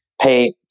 pay